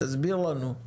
תסביר לנו.